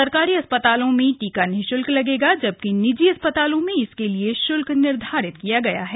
सरकारी अस्पतालों में टीका निशल्क लगेगा जबकि निजी अस्पतालों में इसके लिए शुल्क निर्धारित किया गया है